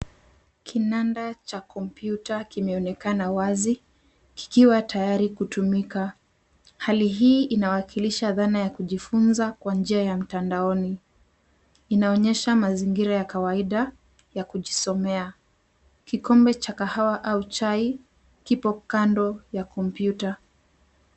Kinanda cha kompyuta kimeonekana wazi kikiwa tayari kutumika. Hali hii inawakilisha dhana ya kujifunza kwa njia ya mtandaoni, inaonyesha mazigira ya kawaida ya kujisomea. Kikombe cha kahawa au chai kipo kando ya kompyuta.